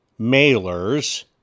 mailers